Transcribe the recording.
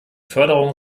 förderung